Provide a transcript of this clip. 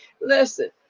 Listen